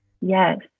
Yes